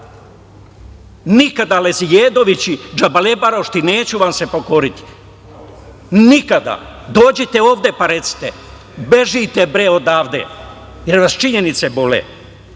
idete. Nikada, lezijedovići, džabalebaroši, neću vam se pokoriti, nikada. Dođite ovde pa recite, bežite bre odavde, jer vas činjenice bole.